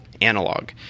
analog